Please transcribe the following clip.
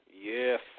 Yes